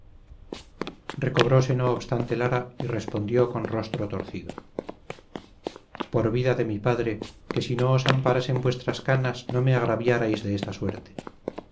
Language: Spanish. contarle recobróse no obstante lara y respondió con rostro torcido por vida de mi padre que si no os amparasen vuestras canas no me agraviaríais de esta suerte